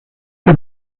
the